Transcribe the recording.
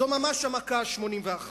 זו ממש המכה ה-81,